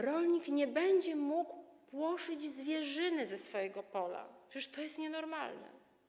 Rolnik nie będzie mógł płoszyć zwierzyny ze swojego pola, przecież to jest nienormalne.